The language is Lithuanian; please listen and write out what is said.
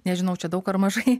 nežinau čia daug ar mažai